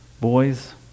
Boys